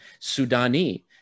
Sudani